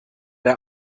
der